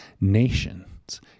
nations